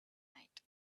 night